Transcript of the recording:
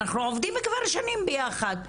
אנחנו עובדים כבר שנים ביחד,